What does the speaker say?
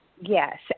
yes